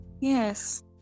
yes